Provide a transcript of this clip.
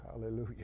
hallelujah